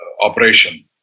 operation